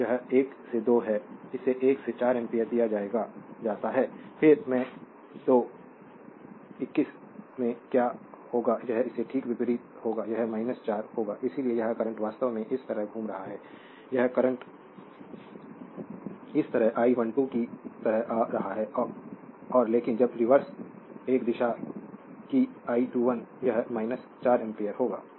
तो यह 1 से 2 है इसे 1 से 4 एम्पीयर दिया जाता है फिर मैं 21 से क्या होगा यह इसके ठीक विपरीत होगा यह 4 होगा क्योंकि यह करंट वास्तव में इस तरह घूम रहा है जब यह करंट इस I12 की तरह आ रहा है और लेकिन जब रिवर्स एक दिशा कि I21 यह 4 एम्पीयर होगा